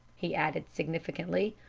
he added significantly,